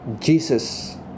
Jesus